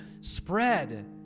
spread